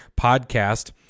podcast